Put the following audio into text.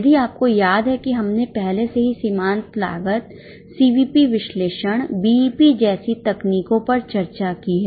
यदि आपको याद है कि हमने पहले से ही सीमांत लागत सीवीपी जैसी तकनीकों पर चर्चा की है